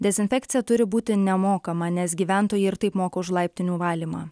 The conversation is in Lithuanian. dezinfekcija turi būti nemokama nes gyventojai ir taip moka už laiptinių valymą